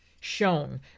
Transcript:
shown